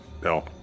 Bill